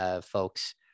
folks